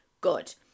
good